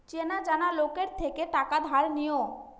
চেনা জানা লোকের থেকে টাকা ধার নিও